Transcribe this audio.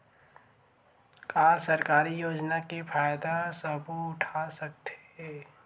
का सरकारी योजना के फ़ायदा सबो उठा सकथे?